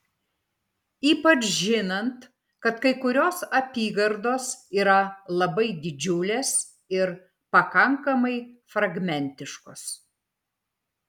ypač žinant kad kai kurios apygardos yra labai didžiulės ir pakankamai fragmentiškos